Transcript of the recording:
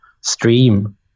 stream